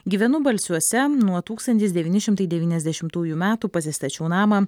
gyvenu balsiuose nuo tūkstantis devyni šimtai devyniasdešimtųjų metų pasistačiau namą